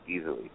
easily